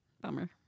Bummer